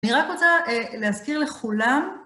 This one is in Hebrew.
אני רק רוצה להזכיר לכולם